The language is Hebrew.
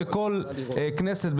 בכל כנסת,